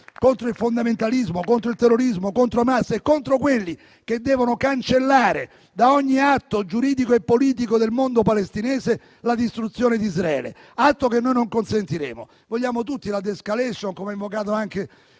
contro il fondamentalismo, contro il terrorismo, contro Hamas e contro coloro che devono cancellare da ogni atto giuridico e politico del mondo palestinese la distruzione di Israele, atto che noi non consentiremo. Vogliamo tutti la *de-escalation*, come ha invocato anche